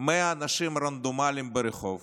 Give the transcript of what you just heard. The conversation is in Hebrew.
100 אנשים רנדומליים ברחוב